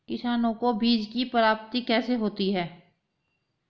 किसानों को बीज की प्राप्ति कैसे होती है?